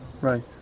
Right